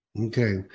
Okay